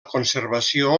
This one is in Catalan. conservació